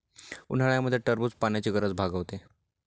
उन्हाळ्यामध्ये टरबूज पाण्याची गरज भागवते